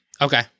Okay